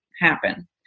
happen